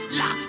la